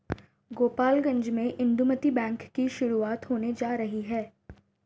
गोपालगंज में इंदुमती बैंक की शुरुआत होने जा रही है